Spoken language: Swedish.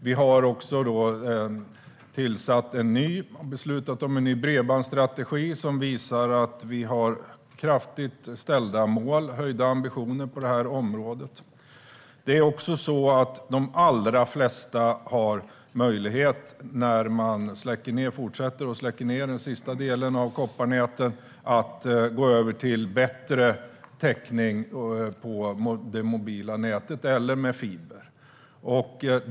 Vi har också beslutat om en ny bredbandsstrategi, som visar att vi har högt ställda mål och höjda ambitioner på det här området. När man fortsätter att släcka ned den sista delen av kopparnäten har de allra flesta möjlighet till bättre täckning på det mobila nätet eller med fiber.